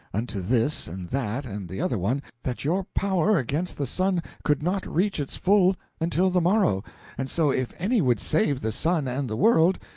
unto this and that and the other one, that your power against the sun could not reach its full until the morrow and so if any would save the sun and the world,